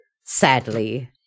sadly